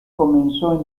comenzó